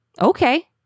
Okay